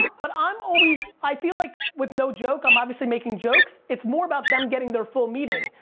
but i'm always, i feel like, with no joke, i'm obviously making jokes, it's more about them getting their full meeting.